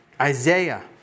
Isaiah